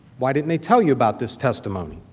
why didn't they tell you about this testimony?